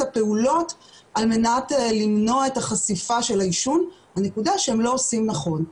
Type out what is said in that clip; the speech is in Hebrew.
הפעולות על מנת למנוע את החשיפה לעישון אבל זו נקודה שהם לא עושים נכון.